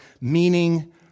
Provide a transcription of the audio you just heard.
meaning